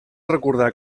recordar